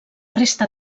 resta